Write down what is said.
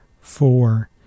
four